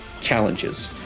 challenges